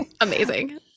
amazing